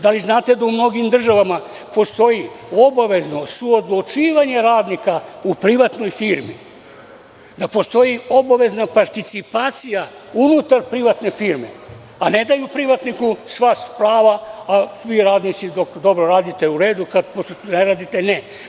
Da li znate da u mnogim državama postoji, obavezna su odlučivanje radnika u privatnoj firmi, da postoji obavezana participacija unutar privatne firme, a ne daju privatniku, sva su prava, a vi radnici dok dobro radite u redu kada posle ne radite ne?